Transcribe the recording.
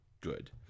good